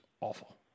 awful